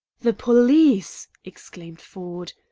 the police! exclaimed ford.